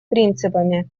принципами